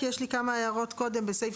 כי יש לי כמה הערות קודם בסעיף